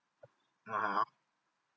(uh huh)